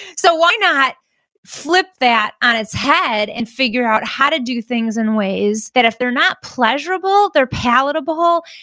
so why not flip that on its head, and figure out how to do things in ways that if they're not pleasurable, they're palatable,